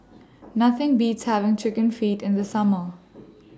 Nothing Beats having Chicken Feet in The Summer